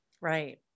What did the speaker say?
Right